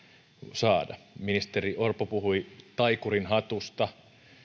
saada ministeri orpo puhui taikurin hatusta